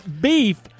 beef